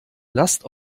lasst